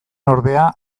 ordea